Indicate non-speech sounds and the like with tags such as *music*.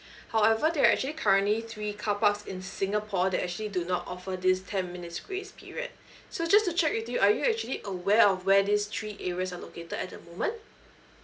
*breath* however there are actually currently three carparks in singapore that actually do not offer this ten minutes grace period so just to check with you are you actually aware of where these three areas are located at the moment